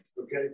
Okay